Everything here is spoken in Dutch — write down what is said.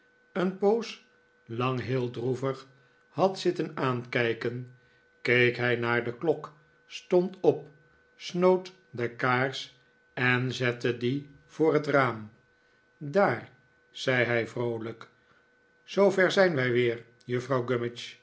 een poos lang heel drbevig had zitten aankijken keek hij naar de klok stond op snoot de kaars en zette die voor het raam daar zei hij vroolijk zoover zijn wij weer juffrouw